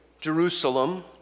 Jerusalem